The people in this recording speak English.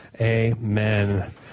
Amen